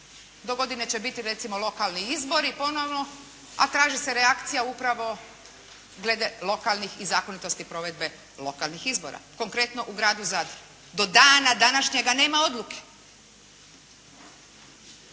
Do godine će biti recimo lokalni izbori ponovno, a traži se reakcija upravo glede lokalnih i zakonitosti provedbe lokalnih izbora, konkretno u gradu Zadru. Do dana današnjega nema odluke.